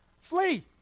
Flee